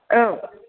औ